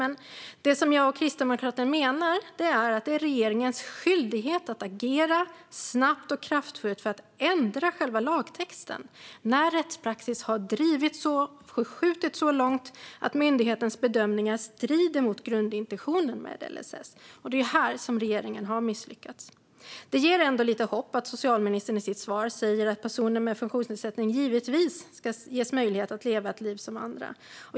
Men det som jag och Kristdemokraterna menar är att det är regeringens skyldighet att agera snabbt och kraftfullt för att ändra själva lagtexten när rättspraxis har förskjutits så långt att myndighetens bedömningar strider emot grundintentionen med LSS. Det är här som regeringen har misslyckats. Det ger ändå lite hopp att socialministern i sitt svar säger att personer med funktionsnedsättning givetvis ska ges möjlighet att leva ett liv som andra.